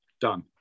done